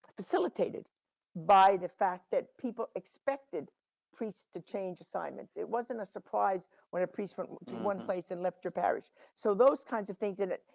facilitated by the fact that people expected priests to change assignments. it wasn't a surprise, when a priest went to one place and left your parish. so, those kinds of things in it,